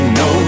no